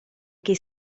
che